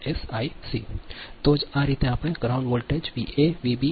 તો આ રીતે આપણે ગ્રાઉન્ડ વોલ્ટેજ વીએ વીબી